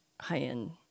high-end